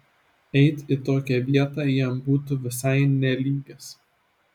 eit į tokią vietą jam būtų visai ne lygis